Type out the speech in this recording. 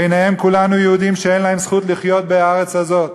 בעיניהם כולנו יהודים שאין להם זכות לחיות בארץ הזאת.